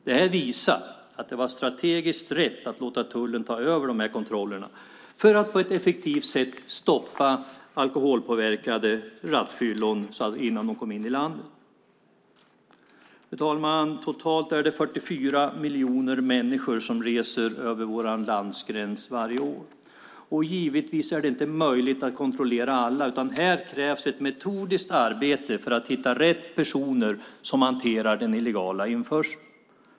Det här visar att det var strategiskt rätt att låta tullen ta över de här kontrollerna för att på ett effektivt sätt stoppa rattfyllon innan de kommer in i landet. Fru talman! Totalt är det 44 miljoner människor som reser över vår landgräns varje år. Givetvis är det inte möjligt att kontrollera alla, utan här krävs ett metodiskt arbete för att hitta rätt personer som hanterar den illegala införseln.